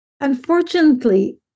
unfortunately